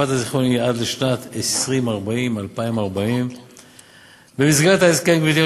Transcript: תקופת הזיכיון היא עד לשנת 2040. במסגרת הסכם הזיכיון,